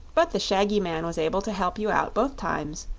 but the shaggy man was able to help you out both times,